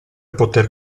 poter